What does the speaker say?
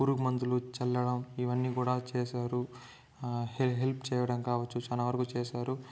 పురుగు మందులు చల్లడం ఇవన్ని కూడా చేశారు హెల్ప్ చేయడం కావచ్చు చాలా వరకు చేశారు